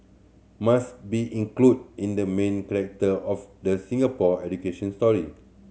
must be included in the main of the Singapore education story